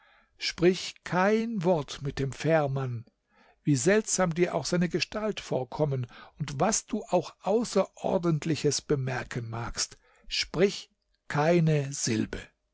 sprich kein wort mit dem fährmann wie seltsam dir auch seine gestalt vorkommen und was du auch außerordentliches bemerken magst sprich keine silbe